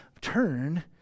Turn